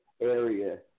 area